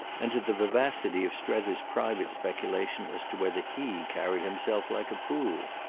and to the vivacity of strether's private speculation as to whether he carried himself like a fool.